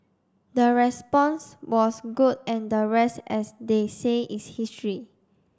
the response was good and the rest as they say is history